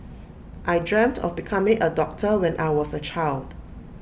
I dreamt of becoming A doctor when I was A child